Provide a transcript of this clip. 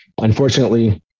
unfortunately